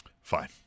Fine